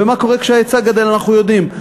ומה קורה כשההיצע גדל אנחנו יודעים.